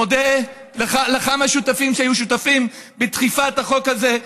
מודה לכמה שותפים שהיו שותפים בדחיפת החוק הזה.